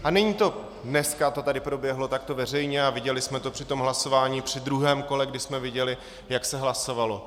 A není to... dneska to tady proběhlo takto veřejně a viděli jsme to při tom hlasování při druhém kole, kdy jsme viděli, jak se hlasovalo.